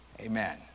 Amen